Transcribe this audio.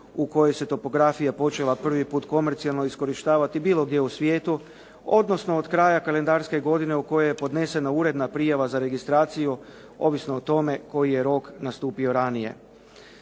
u kojoj se topografija počela prvi put komercijalno iskorištavati bilo gdje u svijetu, odnosno od kraja kalendarske godine u kojoj je podnesena uredna prijava za registraciju, ovisno o tome koji je rok nastupio ranije.